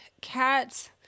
cats